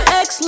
ex